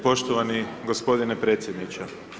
Poštovani gospodine predsjedniče.